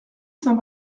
saint